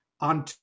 on